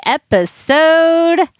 episode